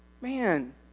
man